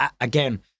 again